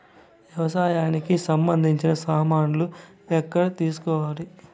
వ్యవసాయానికి సంబంధించిన సామాన్లు ఎక్కడ తీసుకోవాలి?